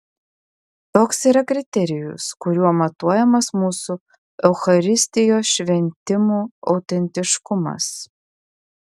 toks yra kriterijus kuriuo matuojamas mūsų eucharistijos šventimų autentiškumas